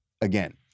again